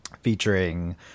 Featuring